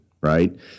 right